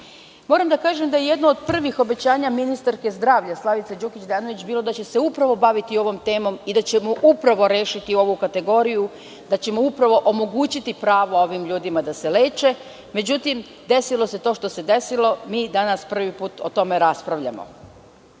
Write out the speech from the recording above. tako. Moram da kažem da je jedno od prvih obećanja ministarke zdravlja Slavice Đukić Dejanović, bilo da će se upravo baviti ovom temom i da ćemo upravo rešiti i ovu kategoriju, da ćemo upravo omogućiti pravo ovim ljudima da se leče. Međutim, desilo se to što se desilo. Mi danas prvi put o tome raspravljamo.